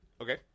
Okay